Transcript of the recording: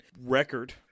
record